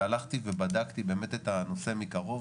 והלכתי ובדקתי באמת את הנושא מקרוב.